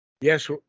Yes